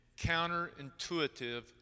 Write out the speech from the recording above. counterintuitive